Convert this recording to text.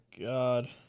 god